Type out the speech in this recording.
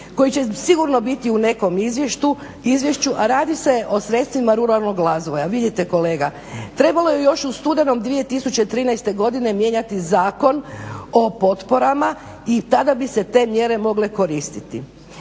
koji će sigurno biti u nekom izvješću a radi se o sredstvima ruralnog razvoja. Vidite kolega, trebalo je još u studenom 2013. godine mijenjati Zakon o potporama i tada bi se te mjere mogle koristiti.